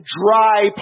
dry